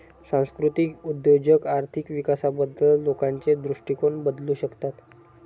सांस्कृतिक उद्योजक आर्थिक विकासाबद्दल लोकांचे दृष्टिकोन बदलू शकतात